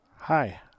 Hi